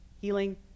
healing